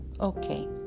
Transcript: okay